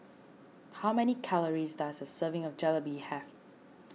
how many calories does a serving of Jalebi have